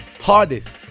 Hardest